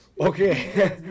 Okay